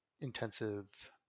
intensive